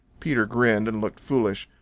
peter grinned and looked foolish.